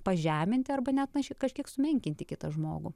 pažeminti arba net kažkiek sumenkinti kitą žmogų